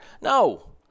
No